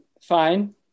fine